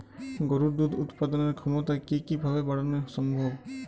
গরুর দুধ উৎপাদনের ক্ষমতা কি কি ভাবে বাড়ানো সম্ভব?